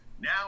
now